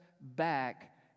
back